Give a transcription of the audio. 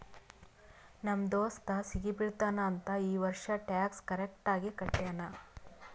ನಮ್ ದೋಸ್ತ ಸಿಗಿ ಬೀಳ್ತಾನ್ ಅಂತ್ ಈ ವರ್ಷ ಟ್ಯಾಕ್ಸ್ ಕರೆಕ್ಟ್ ಆಗಿ ಕಟ್ಯಾನ್